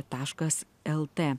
taškas lt